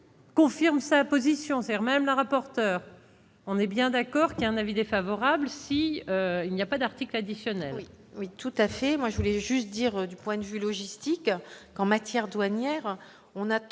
confirme sa position sert même la rapporteur : on est bien d'accord qu'un avis défavorable. Si il n'y a pas d'article additionnel. Oui, tout à fait moi je voulais juste dire du point de vue logistique qu'en matière douanière on a 3